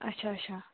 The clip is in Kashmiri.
اچھا اچھا